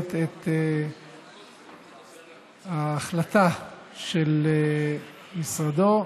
הכנסת את ההחלטה של משרדו,